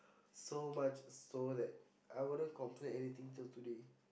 so much so that I wouldn't complain anything till today